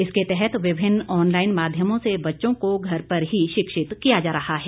इसके तहत विभिन्न ऑनलाईन माध्यमों से बच्चों को घर पर ही शिक्षित किया जा रहा है